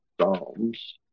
Psalms